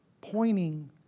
pointing